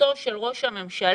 לתפיסתו של ראש הממשלה,